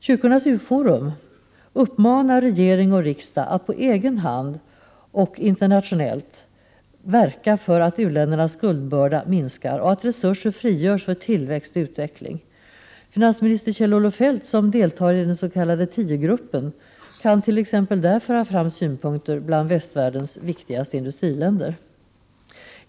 Kyrkornas U-forum uppmanar regering och riksdag att på egen hand och internationellt verka för att u-ländernas skuldbörda minskar och att resurser frigörs för tillväxt och utveckling. Finansminister Kjell-Olof Feldt, som deltar i den s.k. 10-gruppen, kan t.ex. där föra fram synpunkter till representanter för västvärldens viktigaste industriländer.